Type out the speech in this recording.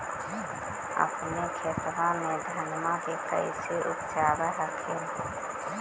अपने खेतबा मे धन्मा के कैसे उपजाब हखिन?